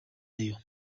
rayon